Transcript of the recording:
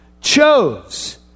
chose